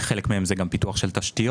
חלק מהם זה גם פיתוח של תשתיות